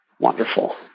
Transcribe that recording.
Wonderful